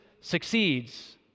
succeeds